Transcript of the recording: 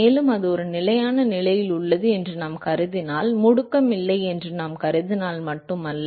மேலும் அது ஒரு நிலையான நிலையில் உள்ளது என்று நாம் கருதினால் முடுக்கம் இல்லை என்று நாம் கருதினால் மட்டும் அல்ல